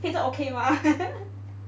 ok 吗